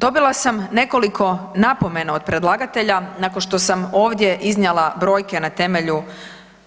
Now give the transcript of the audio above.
Dobila sam nekoliko napomena od predlagatelja nakon što sam ovdje iznijela brojke na temelju